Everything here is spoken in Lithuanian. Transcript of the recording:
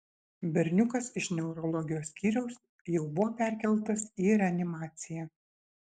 berniukas iš neurologijos skyriaus jau buvo perkeltas į reanimaciją